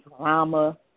drama